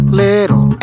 little